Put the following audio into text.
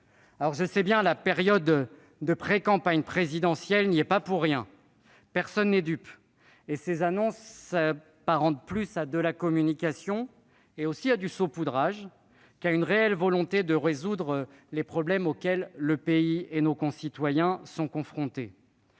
le sais bien, la période de précampagne présidentielle n'est pas pour rien dans cette situation. Personne n'est dupe : ces annonces s'apparentent davantage à de la communication et à du saupoudrage qu'à une réelle volonté de résoudre les problèmes auxquels le pays et nos concitoyens sont confrontés.